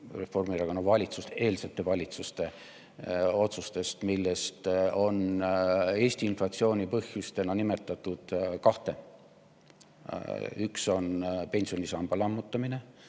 Reformierakonna valitsuste eelsete valitsuste otsused, millest on Eesti [kiire] inflatsiooni põhjustena nimetatud kahte. Üks on pensionisamba lammutamine,